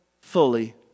fully